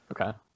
okay